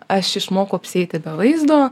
aš išmokau apsieiti be vaizdo